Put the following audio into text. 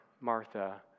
Martha